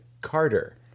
Carter